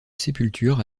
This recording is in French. sépulture